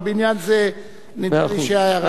אבל בעניין זה נדמה לי שההערה,